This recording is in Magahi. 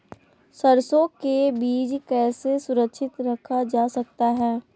सरसो के बीज कैसे सुरक्षित रखा जा सकता है?